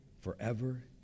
forever